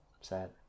sad